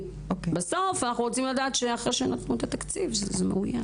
בסוף אנחנו רוצים לדעת אחרי שנתנו את התקציב שזה מאויש.